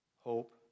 hope